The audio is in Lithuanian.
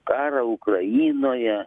karą ukrainoje